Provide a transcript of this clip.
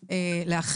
על מה אנחנו מדברים?